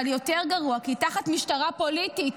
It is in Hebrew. אבל יותר גרוע, תחת משטרה פוליטית,